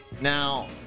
Now